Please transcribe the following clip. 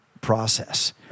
process